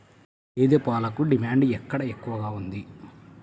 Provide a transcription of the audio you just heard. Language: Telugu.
గేదె పాలకు డిమాండ్ ఎక్కడ ఎక్కువగా ఉంది?